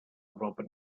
robert